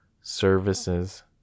services